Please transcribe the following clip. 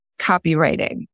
copywriting